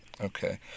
Okay